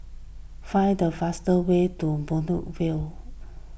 find the fastest way to Buangkok View